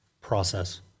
process